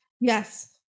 yes